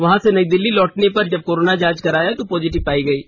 वहां से नई दिल्ली लौटने पर जब कोरोना जांच कराया तो रिर्पोट पॉजिटिव आई है